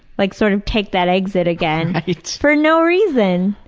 like sort of take that exit again for no reason.